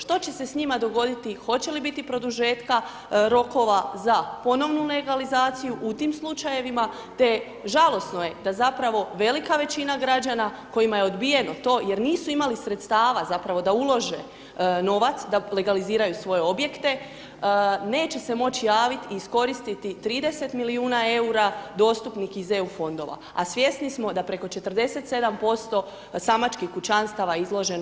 Što će s njima dogoditi, hoće li biti produžetka rokova za ponovnu legalizaciju u tim slučajevima, te, žalosno je da zapravo velika većina građana kojima je odbijeno to jer nisu imali sredstava, zapravo, da ulože novac, da legaliziraju svoje objekte, neće se moći javiti i iskoristiti 30 milijuna EUR-a dostupnih iz EU Fondova, a svjesni smo da preko 47% samačkih kućanstava izloženo riziku od siromaštva.